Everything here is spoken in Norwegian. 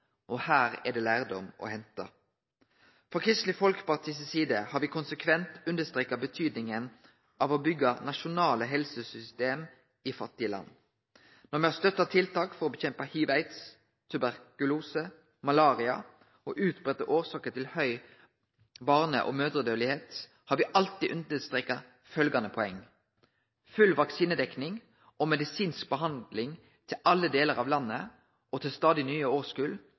Her er det lærdom å hente. Frå Kristeleg Folkepartis side har me konsekvent understreka betydinga av å byggje nasjonale helsesystem i fattige land. Når me har støtta tiltak for å kjempe mot hiv/aids, tuberkulose, malaria og utbreidde årsaker til høg dødelegheit blant barn og mødrer, har me alltid understreka følgjande poeng: Full vaksinedekning og medisinsk behandling til alle delar av landet og til stadig nye årskull